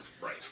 Right